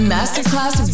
Masterclass